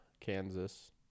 Kansas